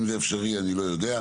אם זה אפשרי אני לא יודע.